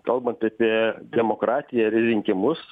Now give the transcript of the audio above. kalbant apie demokratiją ir rinkimus